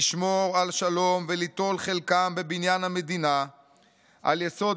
לשמור על שלום וליטול חלקם בבניין המדינה על יסוד